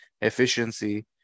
efficiency